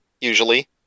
usually